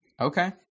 Okay